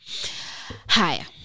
Hi